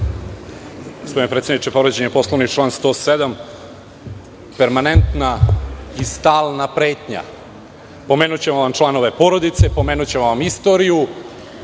predsedniče, povređen je Poslovnik, član 107. Permanentna i stalna pretnja - pomenućemo vam članove porodice, pomenućemo vam istoriju,